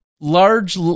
large